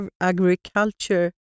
agriculture